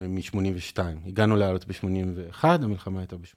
משמונים ושתיים, הגענו לארץ בשמונים ואחד, המלחמה הייתה בשמונים.